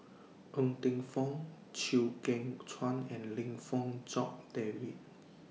Ng Teng Fong Chew Kheng Chuan and Lim Fong Jock David